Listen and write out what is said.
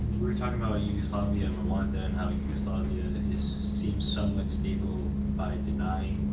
we're talking about yugoslavia and rwanda and how yugoslavia seems so unstable by denying,